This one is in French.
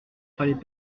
fallait